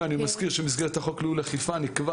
אני מזכיר שבמסגרת חוק ניהול אכיפה נקבע